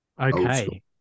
okay